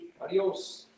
Adios